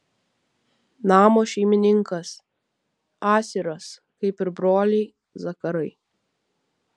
namo šeimininkas asiras kaip ir broliai zakarai